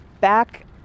back